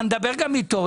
אני אדבר גם איתו,